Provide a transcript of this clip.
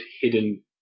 hidden